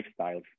lifestyles